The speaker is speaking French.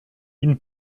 une